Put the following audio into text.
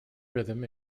rhythm